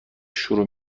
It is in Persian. شروع